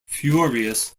furious